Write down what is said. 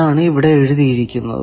അതാണ് ഇവിടെ എഴുതിയിരിക്കുന്നത്